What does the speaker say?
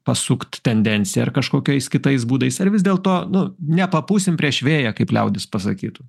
pasukt tendenciją ar kažkokiais kitais būdais ar vis dėlto nu nepapūsim prieš vėją kaip liaudis pasakytų